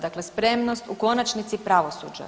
Dakle, spremnost u konačnici pravosuđa.